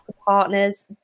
Partners